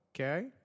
Okay